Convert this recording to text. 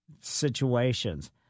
situations